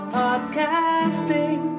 podcasting